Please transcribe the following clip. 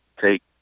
take